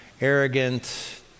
arrogant